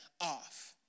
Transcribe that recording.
off